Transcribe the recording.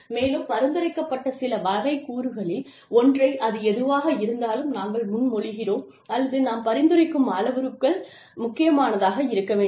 மேலும் பரிந்துரைக்கப்பட்ட சில வரைகூறுகளில் ஒன்றை அது எதுவாக இருந்தாலும் நாங்கள் முன்மொழிகிறோம் அல்லது நாம் பரிந்துரைக்கும் அளவுருக்கள் முக்கியமானதாக இருக்க வேண்டும்